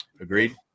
agreed